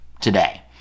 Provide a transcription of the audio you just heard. today